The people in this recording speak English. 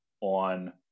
on